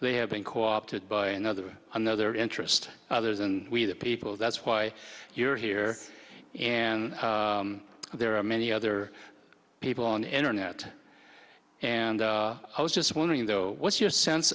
they have been co opted by another another interest others and we the people that's why you're here and there are many other people on internet and i was just wondering though what's your sense